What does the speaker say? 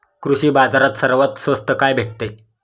कृषी बाजारात सर्वात स्वस्त काय भेटते?